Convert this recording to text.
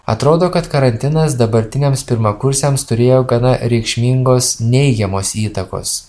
atrodo kad karantinas dabartiniams pirmakursiams turėjo gana reikšmingos neigiamos įtakos